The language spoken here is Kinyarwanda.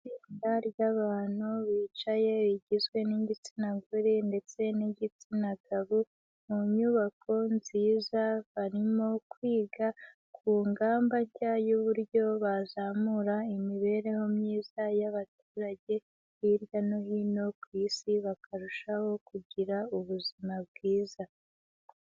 Itsinda ry'abantu bicaye rigizwe n'igitsina gore ndetse n'igitsina gabo mu nyubako nziza, barimo kwiga ku ngamba nshya y'uburyo bazamura imibereho myiza y'abaturage, hirya no hino ku Isi bakarushaho kugira ubuzima bwiza.